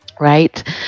Right